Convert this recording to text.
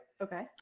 Okay